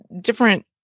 different